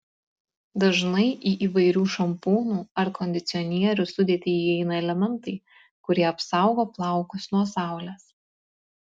dažnai į įvairių šampūnų ar kondicionierių sudėtį įeina elementai kurie apsaugo plaukus nuo saulės